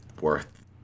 worth